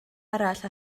arall